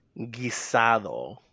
guisado